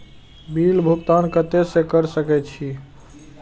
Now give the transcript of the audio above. Bill भुगतान केते से कर सके छी?